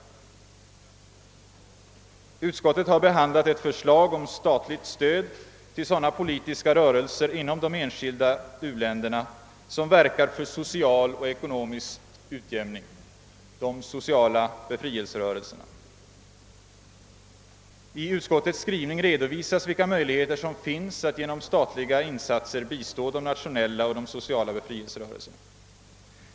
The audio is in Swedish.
Statsutskottet har behandlat ett förslag om statligt stöd till sådana politiska rörelser inom de enskilda u-länderna som verkar för social och ekonomisk utjämning — de sociala befrielserörelserna. I utskottets skrivning redovisas vilka möjligheter som finns att genom statliga insatser bistå de nationella och de sociala befrielserörelserna.